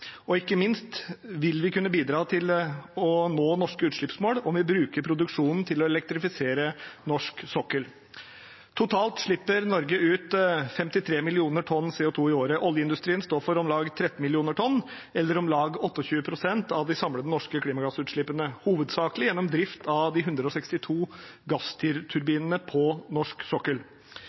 løft. Ikke minst vil vi kunne bidra til å nå norske utslippsmål om vi bruker produksjonen til å elektrifisere norsk sokkel. Totalt slipper Norge ut 53 mill. tonn CO2 i året. Oljeindustrien står for om lag 13 mill. tonn, eller om lag 28 pst. av de samlede norske klimagassutslippene, hovedsakelig gjennom drift av de 162 gassturbinene på norsk sokkel.